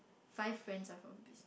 five friends are from